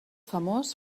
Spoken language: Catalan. famós